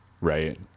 Right